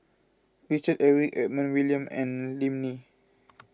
Richard Eric Edmund William and Lim Nee